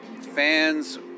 fans